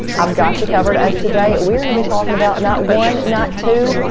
i've got you covered as today we're going to be talking about not one, not two,